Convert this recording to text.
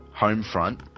Homefront